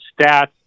stats